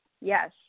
Yes